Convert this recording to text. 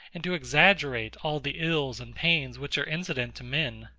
and to exaggerate all the ills and pains which are incident to men.